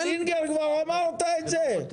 כבר אמרת את זה בפתח